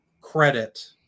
credit